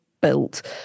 built